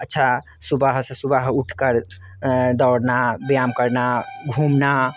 अच्छा सुबह से सुबह उठ कर दौड़ना व्यायाम करना घुमना